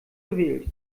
verwählt